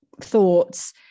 thoughts